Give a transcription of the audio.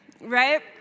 Right